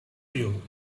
you